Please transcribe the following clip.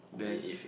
there's